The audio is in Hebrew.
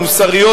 המוסריות,